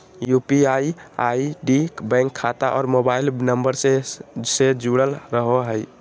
UPI ID bank खाता और mobile number से से जुरल रहो हइ